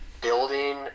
building